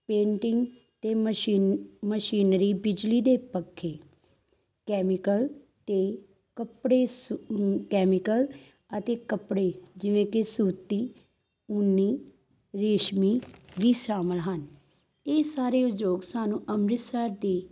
painting ਅਤੇ ਮਸ਼ੀ machinery ਬਿਜਲੀ ਦੇ ਪੱਖੇ ਕੈਮੀਕਲ ਅਤੇ ਕੱਪੜੇ ਸਿ ਨੂੰ ਕੈਮੀਕਲ ਅਤੇ ਕੱਪੜੇ ਜਿਵੇਂ ਕਿ ਸੂਤੀ ਉੱਨੀ ਰੇਸ਼ਮੀ ਵੀ ਸ਼ਾਮਿਲ ਹਨ ਇਹ ਸਾਰੇ ਉਦਯੋਗ ਸਾਨੂੰ ਅੰਮ੍ਰਿਤਸਰ ਦੇ